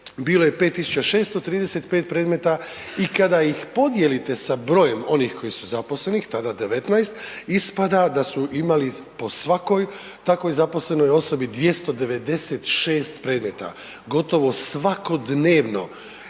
bilo je 5635 predmeta i kada ih podijelite sa brojem onih koji su zaposlenih, tada 19, ispada da su imali po svakoj takvoj zaposlenoj osobi 296 predmeta, gotovo svakodnevno